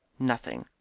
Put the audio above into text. nothing.